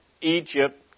Egypt